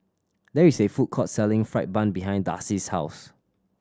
there is a food court selling fried bun behind Darcie's house